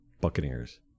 Buccaneers